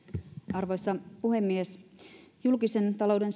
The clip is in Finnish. arvoisa puhemies julkisen talouden